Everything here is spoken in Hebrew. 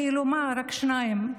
כאילו מה, רק שניים.